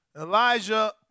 Elijah